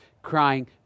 Crying